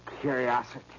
curiosity